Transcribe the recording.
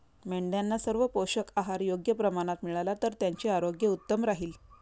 मेंढ्यांना सर्व पोषक आहार योग्य प्रमाणात मिळाला तर त्यांचे आरोग्य उत्तम राहील